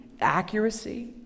accuracy